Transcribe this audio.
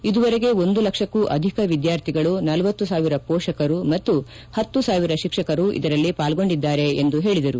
ಇದುವರೆಗೆ ಒಂದು ಲಕ್ಷಕ್ಕೂ ಅಧಿಕ ವಿದ್ಯಾರ್ಥಿಗಳು ಳಂ ಸಾವಿರ ಪೋಷಕರು ಮತ್ತು ಹತ್ತು ಸಾವಿರ ಶಿಕ್ಷಕರು ಇದರಲ್ಲಿ ಪಾಲ್ಗೊಂಡಿದ್ದಾರೆ ಎಂದು ಹೇಳಿದರು